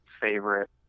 favorite